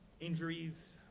injuries